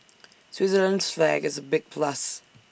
Switzerland's flag is A big plus